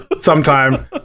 sometime